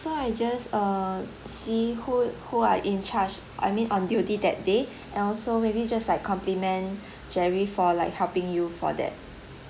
so I just err see who who are in charge I mean on duty that day and also maybe just like compliment jerry for like helping you for that